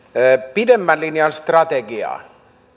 pidemmän linjan strategiaa